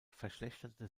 verschlechterte